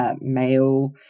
Male